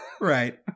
Right